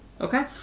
Okay